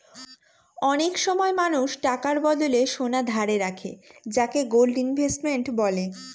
অনেক সময় মানুষ টাকার বদলে সোনা ধারে রাখে যাকে গোল্ড ইনভেস্টমেন্ট বলে